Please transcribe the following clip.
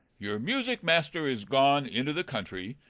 your music-master is gone into the country,